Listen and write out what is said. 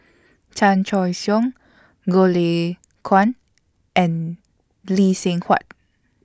Chan Choy Siong Goh Lay Kuan and Lee Seng Huat